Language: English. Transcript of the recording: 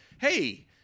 Hey